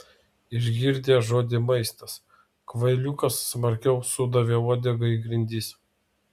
išgirdęs žodį maistas kvailiukas smarkiau sudavė uodega į grindis